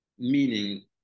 meaning